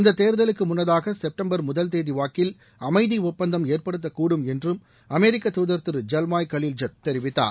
இந்த தேர்தலுக்கு முன்னதாக செட்டம்பர் முதல் தேதி வாக்கில் அமைதி ஒப்பந்தம் ஏற்படக் கூடும் என்று அமெரிக்க தாதர் திரு ஜல்மாய் கலில் ஐத் தெரிவித்தார்